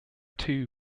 two